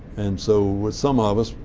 and so with some ah of us,